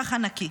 ככה נקי.